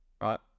right